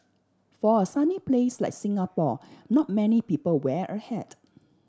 for a sunny place like Singapore not many people wear a hat